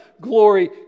glory